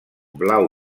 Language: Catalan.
blau